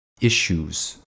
issues